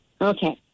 Okay